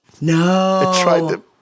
No